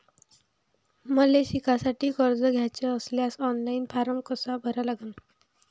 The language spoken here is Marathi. मले शिकासाठी कर्ज घ्याचे असल्यास ऑनलाईन फारम कसा भरा लागन?